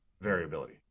variability